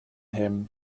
him